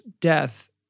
death